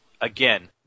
again